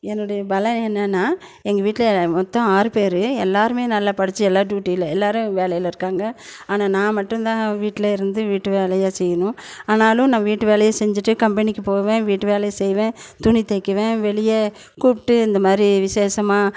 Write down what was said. என்னுடைய பலம் என்னன்னா எங்கள் வீட்டில் மொத்தம் ஆறு பேர் எல்லோருமே நல்லா படித்து எல்லா டியூட்டியில் எல்லோரும் வேலையில் இருக்காங்க ஆனால் நான் மட்டும்தான் வீட்லேயே இருந்து வீட்டு வேலையை செய்யணும் ஆனாலும் நான் வீட்டு வேலையை செஞ்சுட்டு கம்பெனிக்கு போவேன் வீட்டு வேலையும் செய்வேன் துணி தைக்குவேன் வெளியே கூப்பிட்டு இந்த மாதிரி விஷேஷமாக